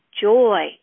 joy